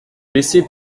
laissée